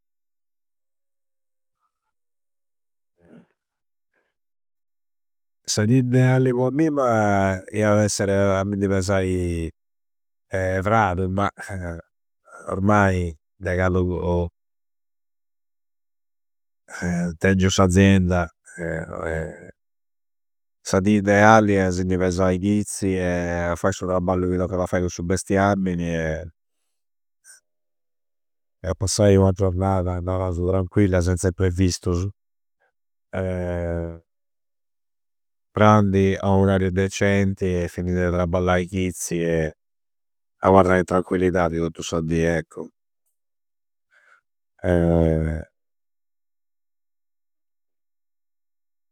Sa dì idealli po ammimma iad'essere a mind i pesai tradu ma ormai de candu tengiu s'azienda sa dì idealli è a sindi pesai chizzi fai su traballu chi toccada a fai cun su bestiammini e e passai ua giornada narausu tranquilla senza imprevistusu. Prandi a u orariu deccenti e fini de trabballai chizzi e aparrai in tranquillidadi tottu sa dì, eccu.